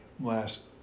last